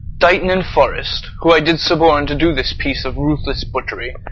dighton and forrest, who i did suborn to do this piece of ruthless butchery,